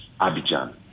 Abidjan